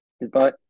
Goodbye